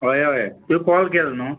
हय हय तुवें कॉल केलो न्हू